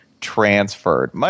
transferred